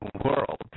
world